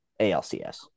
ALCS